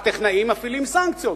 הטכנאים מפעילים סנקציות,